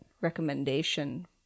recommendation